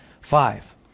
Five